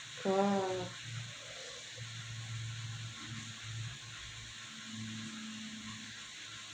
!wah!